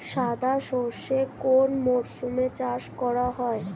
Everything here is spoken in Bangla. সাদা সর্ষে কোন মরশুমে চাষ করা হয়?